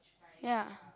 ya